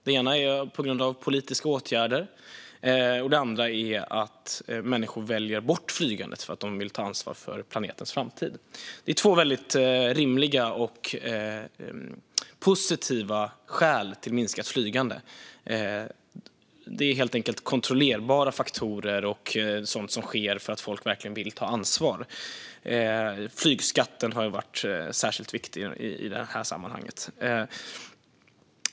Det ena är politiska åtgärder, och det andra är att människor väljer bort flygandet för att de vill ta ansvar för planetens framtid. Det är två väldigt rimliga och positiva skäl till minskat flygande. Det är helt enkelt kontrollerbara faktorer och sådant som sker för att folk verkligen vill ta ansvar. Flygskatten har varit särskilt viktig i sammanhanget.